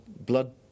blood